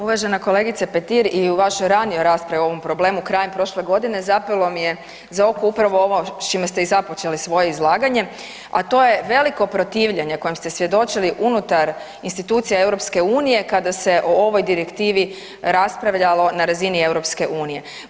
Uvažena kolegice Petir, i u vašoj ranijoj raspravi o ovom problemu krajem prošle godine zapelo mi je za oko upravo ovo s čime ste i započeli svoje izlaganje, a to je veliko protivljenje kojem ste svjedočili unutar institucija EU-a kada se o ovoj direktivi raspravljalo na razini EU-a.